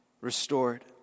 restored